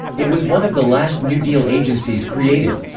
it was one of the last new deal agencies created.